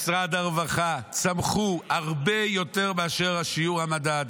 משרד הרווחה, צמחו הרבה יותר מאשר שיעור המדד,